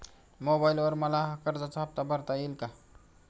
मोबाइलवर मला कर्जाचा हफ्ता भरता येईल का?